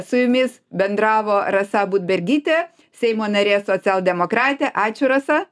su jumis bendravo rasa budbergytė seimo narė socialdemokratė ačiū rasa